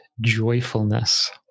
joyfulness